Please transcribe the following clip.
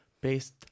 based